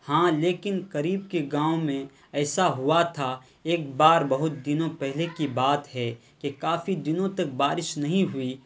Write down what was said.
ہاں لیکن قریب کے گاؤں میں ایسا ہوا تھا ایک بار بہت دنوں پہلے کی بات ہے کہ کافی دنوں تک بارش نہیں ہوئی